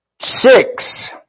six